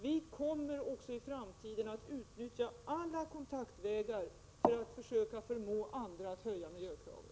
Vi kommer även i framtiden att utnyttja alla kontaktvägar för att försöka förmå andra att uppfylla miljökraven.